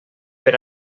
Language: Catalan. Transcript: per